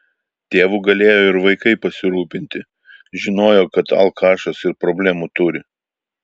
tėvu galėjo ir vaikai pasirūpinti žinojo kad alkašas ir problemų turi